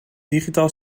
digitaal